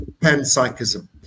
panpsychism